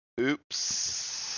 Oops